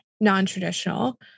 non-traditional